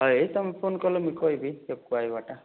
ହଏ ତୁମେ ଫୋନ୍ କଲେ ମୁଇଁ କହିବି କେବକୁ ଆଇବାଟା